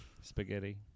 spaghetti